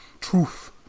Truth